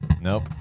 Nope